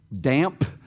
damp